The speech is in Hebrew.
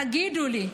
תגידו לי,